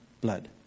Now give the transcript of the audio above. blood